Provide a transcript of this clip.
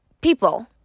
people